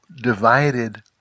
divided